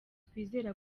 twizera